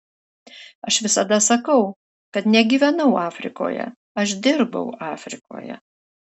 aš visada sakau kad negyvenau afrikoje aš dirbau afrikoje